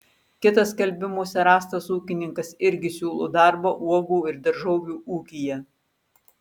kitas skelbimuose rastas ūkininkas irgi siūlo darbą uogų ir daržovių ūkyje